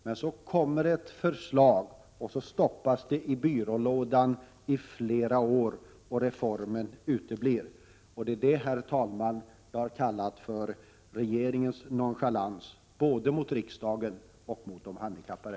Men när ett förslag väcks stoppas det i byrålådan i flera år och reformen uteblir. Det är detta, herr talman, jag har kallat för regeringens nonchalans både mot riksdagen och mot de handikappade.